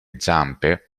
zampe